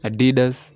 Adidas